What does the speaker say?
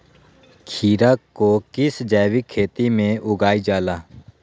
खीरा को किस जैविक खेती में उगाई जाला?